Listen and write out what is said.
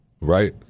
Right